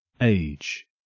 Age